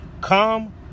Come